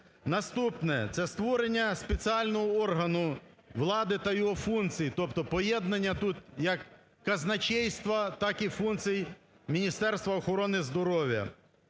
Наступне – це створення спеціального органу влади та його функцій, тобто поєднання тут як казначейства, так і функцій Міністерства охорони здоров'я.